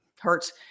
Hurts